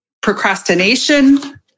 procrastination